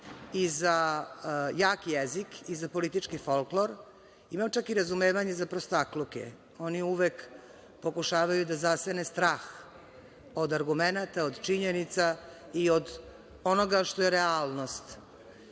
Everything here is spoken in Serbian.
i za jak jezik i za politički folklor. Imam čak i razumevanje za prostakluke, oni uvek pokušaju da zasene strah od argumenata, od činjenica i od onoga što je realnost.